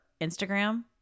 Instagram